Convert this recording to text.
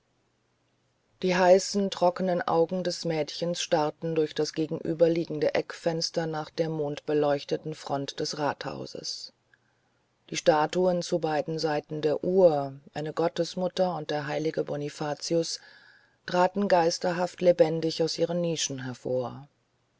die heißen trockenen augen des jungen mädchens starrten durch das gegenüberliegende eckfenster nach der mondbeleuchteten front des rathauses die statuen zu beiden seiten der uhr eine muttergottes und der heilige bonifacius traten geisterhaft lebendig aus ihren nischen hervor